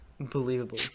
Unbelievable